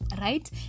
right